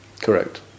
Correct